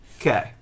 Okay